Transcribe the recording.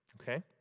Okay